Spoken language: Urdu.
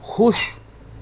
خوش